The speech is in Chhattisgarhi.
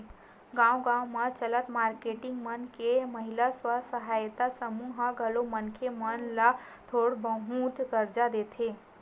गाँव गाँव म चलत मारकेटिंग मन के महिला स्व सहायता समूह ह घलो मनखे मन ल थोर बहुत करजा देथे